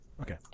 Okay